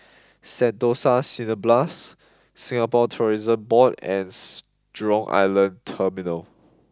Sentosa Cineblast Singapore Tourism Board and Jurong Island Terminal